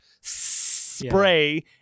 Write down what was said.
spray